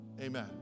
amen